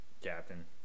captain